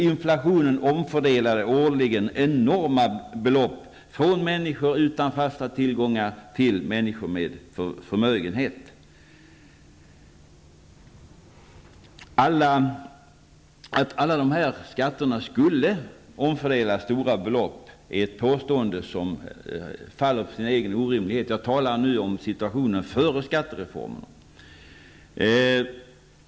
Inflationen omfördelade årligen enorma belopp -- från människor utan fasta tillgångar till människor med förmögenhet. Att alla dessa skatter skulle omfördela stora belopp är ett påstående som faller på sin egen orimlighet. Jag talar nu om situationen före skattereformen.